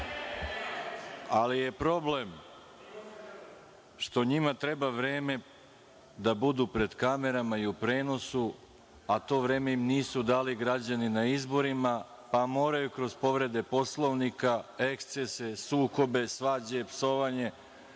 ali je problem što njima treba vreme da budu pred kamerama i u prenosu, a to vreme im nisu dali građani na izborima, pa moraju kroz povrede Poslovnika, ekscese, sukobe, svađe, psovanje,